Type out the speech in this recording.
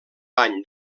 pany